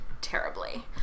terribly